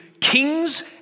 kings